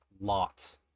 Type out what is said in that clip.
lot